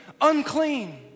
unclean